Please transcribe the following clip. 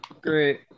Great